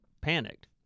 panicked